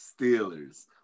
Steelers